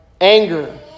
anger